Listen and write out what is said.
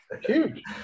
huge